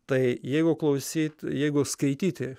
tai jeigu klausyt jeigu skaityti